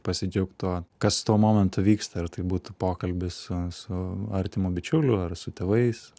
pasidžiaugt tuo kas tuo momentu vyksta ar tai būtų pokalbis su su artimu bičiuliu ar su tėvais